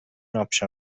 آپشن